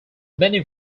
many